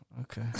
Okay